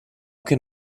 can